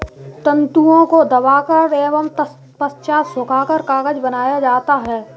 तन्तुओं को दबाकर एवं तत्पश्चात सुखाकर कागज बनाया जाता है